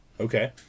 okay